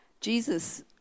Jesus